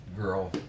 girl